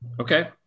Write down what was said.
okay